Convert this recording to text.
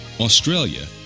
Australia